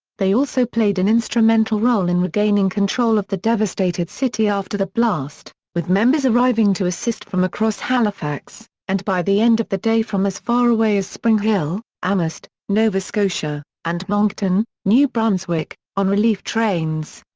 they also played an instrumental role in regaining control of the devastated city after the blast, with members arriving to assist from across halifax, and by the end of the day from as far away as springhill, amherst, nova scotia, and moncton, new brunswick, on relief trains.